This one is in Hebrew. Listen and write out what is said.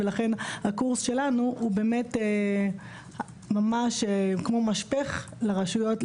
ולכן הקורס שלנו הוא ממש כמו משפך לרשויות,